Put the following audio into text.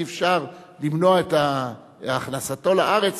אי-אפשר למנוע את הכנסתו לארץ